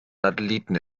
satelliten